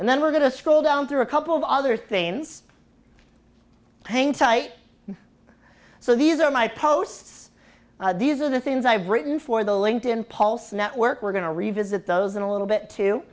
and then we're going to scroll down through a couple of other things hang tight so these are my posts these are the things i've written for the linked in pulse network we're going to revisit those in a little bit too